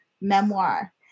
memoir